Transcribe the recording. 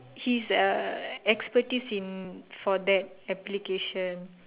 he's a expertise in for that application